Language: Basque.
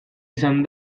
izan